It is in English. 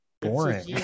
boring